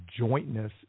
jointness